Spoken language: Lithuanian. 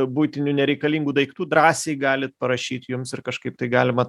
buitinių nereikalingų daiktų drąsiai galit parašyt jums ir kažkaip tai galima